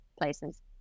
places